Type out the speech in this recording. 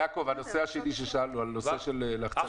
יעקב, הנושא השני ששאלנו, בנושא לחצני